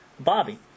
Bobby